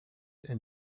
and